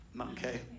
okay